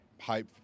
hype